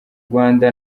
rwanda